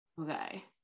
Okay